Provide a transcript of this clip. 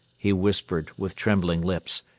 he whispered with trembling lips.